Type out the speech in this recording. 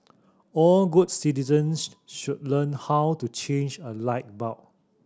all good citizens should learn how to change a light bulb